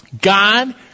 God